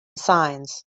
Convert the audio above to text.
signs